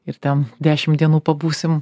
ir ten dešim dienų pabūsim